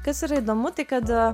kas yra įdomu tai kad